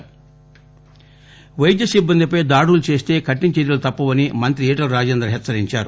ఈటల వైద్య సిబ్బందిపై దాడులు చేస్తే కఠిన చర్యలు తప్పవని మంత్రి ఈటల రాజేందర్ హెచ్చరించారు